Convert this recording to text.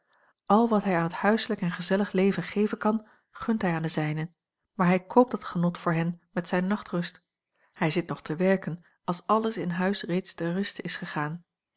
al wat hij aan het huislijk en gezellig leven geven kan gunt hij aan de zijnen maar hij koopt dat genot voor hen met zijne nachtrust hij zit nog te werken als alles in huis reeds ter ruste is gegaan